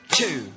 two